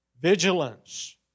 Vigilance